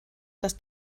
das